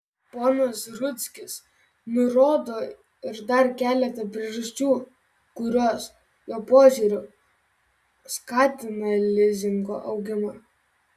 ponas rudzkis nurodo ir dar keletą priežasčių kurios jo požiūriu skatina lizingo augimą